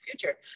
future